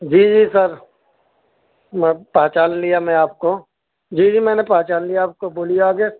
جی جی سر میں پہچان لیا میں آپ کو جی جی میں نے پہچان لیا آپ کو بولیے آگے